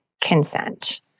consent